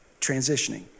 transitioning